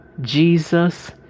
Jesus